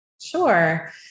Sure